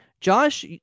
josh